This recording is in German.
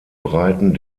breiten